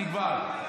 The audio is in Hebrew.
אני כבר,